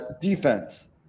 defense